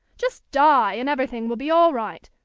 just die, and everything will be all right.